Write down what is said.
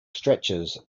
stretches